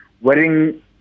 wearing